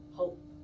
hope